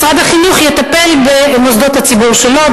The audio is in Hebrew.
משרד החינוך יטפל במוסדות הציבור שלו,